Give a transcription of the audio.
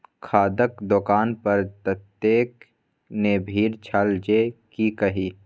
खादक दोकान पर ततेक ने भीड़ छल जे की कही